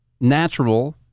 natural